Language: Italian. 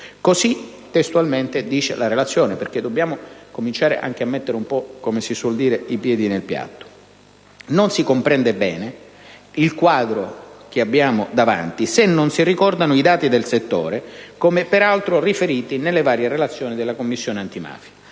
così, testualmente, dice la relazione (dobbiamo cominciare anche a mettere un po', come si suol dire, i piedi nel piatto). Non si comprende bene il quadro che abbiamo davanti se non si ricordano i dati del settore, come peraltro riferiti nelle varie relazioni della Commissione antimafia.